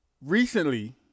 recently